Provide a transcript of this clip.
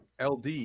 LD